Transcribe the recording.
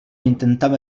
intentava